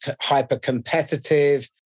hyper-competitive